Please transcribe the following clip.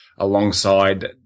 alongside